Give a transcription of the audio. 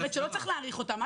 היא אמרה שלא צריך להאריך אותם.